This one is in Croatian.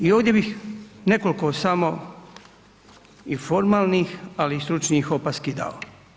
I ovdje bih nekoliko samo i formalnih ali i stručnih opasni dao.